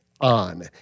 on